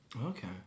Okay